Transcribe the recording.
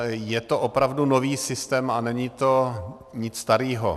Je to opravdu nový systém a není to nic starého.